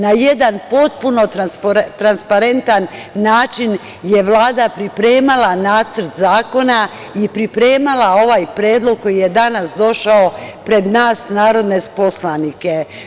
Na jedan potpuno transparentan način je Vlada pripremala nacrt zakona i pripremala ovaj predlog koji je danas došao pred nas narodne poslanike.